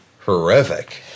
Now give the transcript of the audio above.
horrific